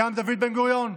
גם דוד בן-גוריון,